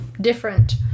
different